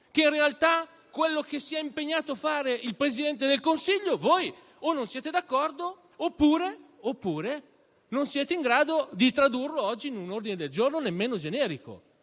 Che in realtà, su ciò su cui si è impegnato il Presidente del Consiglio non siete d'accordo, tanto che non siete in grado di tradurlo oggi in un ordine del giorno nemmeno generico?